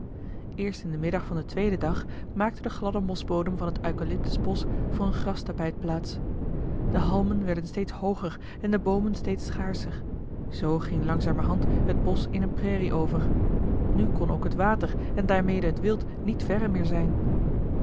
eerst in den middag van den tweeden dag maakte de gladde mosbodem van het eucalyptusbosch voor een grastapijt plaats de halmen werden steeds hooger en de boomen steeds schaarscher zoo ging langzamerhand het bosch in eene prairie over nu kon ook het water en daarmede het wild niet verre meer zijn